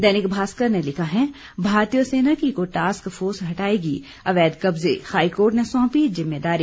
दैनिक भास्कर ने लिखा है भारतीय सेना की इको टास्क फोर्स हटाएगी अवैध कब्जे हाईकोर्ट ने सौंपी जिम्मेदारी